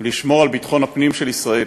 לשמור על ביטחון הפנים של ישראל.